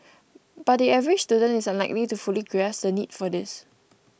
but the average student is unlikely to fully grasp the need for this